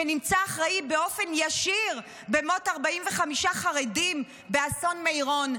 שנמצא אחראי באופן ישיר למות 45 חרדים באסון מירון,